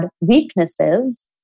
weaknesses